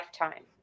lifetime